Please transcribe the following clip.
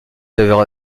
saveur